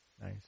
Nice